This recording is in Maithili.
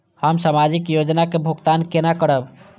हम सामाजिक योजना के भुगतान केना करब?